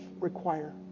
require